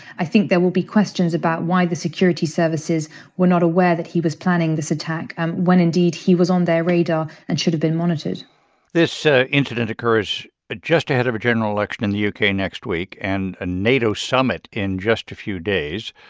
i think there will be questions about why the security services were not aware that he was planning this attack when, indeed, he was on their radar and should've been monitored this so incident occurs just ahead of a general election in the u k. next week and a nato summit in just a few days.